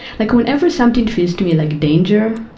like, whenever something feels to me like danger,